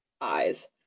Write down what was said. eyes